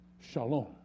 shalom